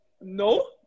No